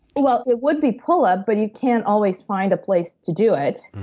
well, it would be pull-up, but you can't always find a place to do it.